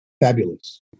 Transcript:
Fabulous